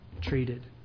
treated